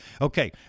okay